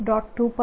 તેથી ϵ12πrdBdt